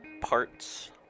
Parts